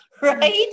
right